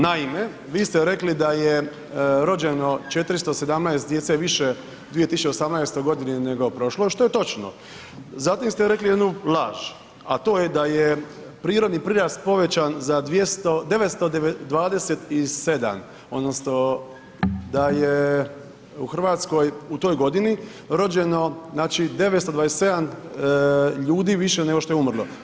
Naime, vi ste rekli da je rođeno 417 djece više u 2018. nego prošloj, što je točno, zatim ste rekli jednu laž a to je da je prirodni prirast povećan za 927 odnosno da je u Hrvatskoj u toj godini rođeno 927 ljudi više nego što je umrlo.